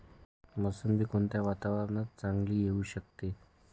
मोसंबी कोणत्या वातावरणात चांगली येऊ शकते?